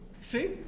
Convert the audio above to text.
See